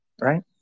right